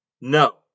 no